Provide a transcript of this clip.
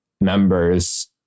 members